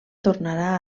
tornarà